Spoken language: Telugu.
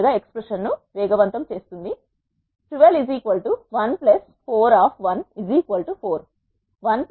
12 1 4 4 1 4 5 మరియు 5 4 9